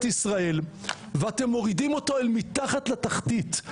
ישראל ואתם מורידים אותו אל מתחת לתחתית.